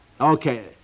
Okay